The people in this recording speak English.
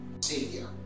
Savior